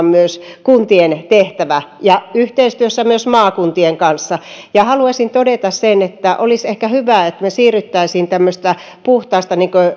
myös kuntien tehtävä yhteistyössä maakuntien kanssa haluaisin todeta sen että olisi ehkä hyvä että me siirtyisimme tämmöisestä puhtaasta